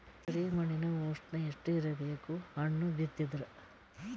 ಕರಿ ಮಣ್ಣಿನ ಉಷ್ಣ ಎಷ್ಟ ಇರಬೇಕು ಹಣ್ಣು ಬಿತ್ತಿದರ?